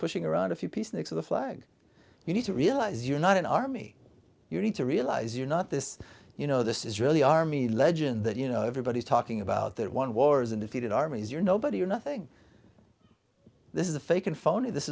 pushing around a few peaceniks of the flag you need to realize you're not an army you need to realize you're not this you know this israeli army legend that you know everybody's talking about that one war isn't defeated armies you're nobody or nothing this is a fake and phony this